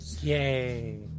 Yay